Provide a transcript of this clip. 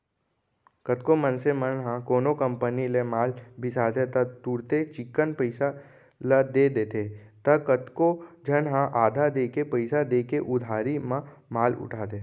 कतको मनसे मन ह कोनो कंपनी ले माल बिसाथे त तुरते चिक्कन पइसा ल दे देथे त कतको झन ह आधा देके पइसा देके उधारी म माल उठाथे